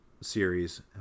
series